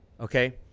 Okay